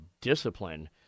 discipline